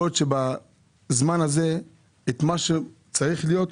יכול להיות שבזמן הזה את מה שצריך להיות,